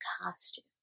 costume